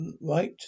right